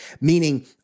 Meaning